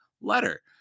letter